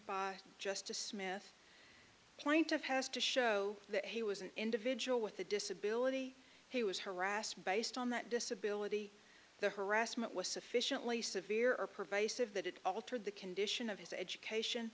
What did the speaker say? just a smith plaintiff has to show that he was an individual with a disability he was harassed based on that disability the harassment was sufficiently severe or pervasive that it altered the condition of his education